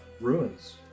ruins